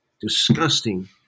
disgusting